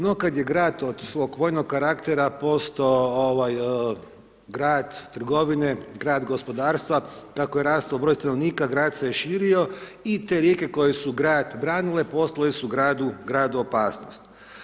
No kad je grad od svog vojnog karaktera postao grad trgovine, grad gospodarstva, kako je rastao broj stanovnika, grad se širio i te rijeke koje su grad branile, postale su gradu opasnost.